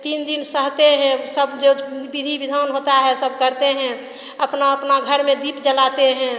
तीन दिन सहते हैं सब जो विशी विधान होता है सब करते हैं अपना अपना घर में दीप जलाते हैं